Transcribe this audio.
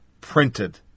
printed